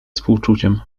współczuciem